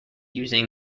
using